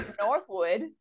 Northwood